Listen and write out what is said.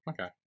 okay